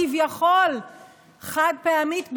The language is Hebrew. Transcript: כביכול חד-פעמית,